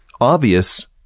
obvious